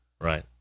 Right